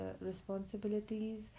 responsibilities